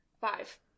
Five